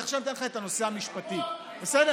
עכשיו אתן לכם את הנושא המשפטי, בסדר?